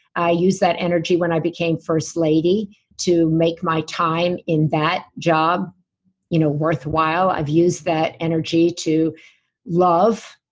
i used that energy when i became first lady to make my time in that job you know worthwhile. i've used that energy to love,